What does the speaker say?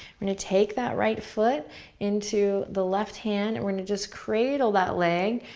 we're gonna take that right foot into the left hand and we're gonna just cradle that leg.